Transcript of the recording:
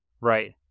Right